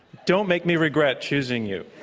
don't make me regret choosing you.